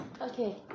Okay